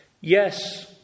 yes